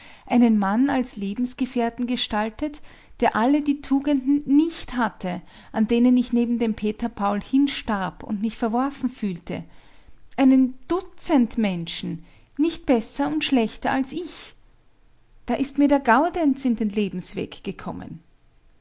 einen mann als lebensgefährten gestaltet der alle die tugenden nicht hatte an denen ich neben dem peter paul hinstarb und mich verworfen fühlte einen dutzendmenschen nicht besser und schlechter als ich da ist mir der gaudenz in den lebensweg gekommen